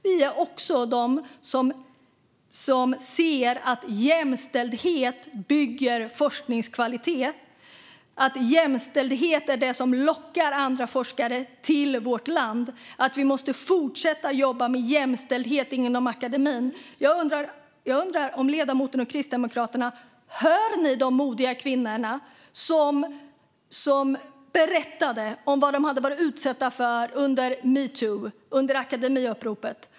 Det är också vi som ser att jämställdhet bygger forskningskvalitet och att jämställdhet är det som lockar andra forskare till vårt land. Vi måste fortsätta att jobba med jämställdhet inom akademin. Jag undrar om ledamoten och Kristdemokraterna har hört de modiga kvinnor som under metoo och akademiuppropet berättade om vad de har utsatts för.